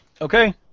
Okay